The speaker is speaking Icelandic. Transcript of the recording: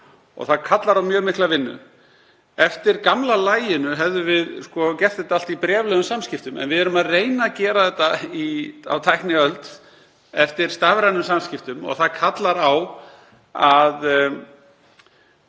og það kallar á mjög mikla vinnu. Eftir gamla laginu hefðum við gert þetta allt í bréflegum samskiptum. En við erum að reyna að gera þetta á tækniöld með stafrænum samskiptum og það kallar á að